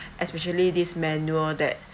especially this manuel that